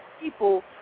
people